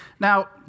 Now